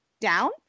down